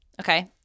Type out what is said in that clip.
Okay